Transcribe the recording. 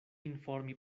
informi